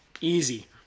Easy